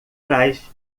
trás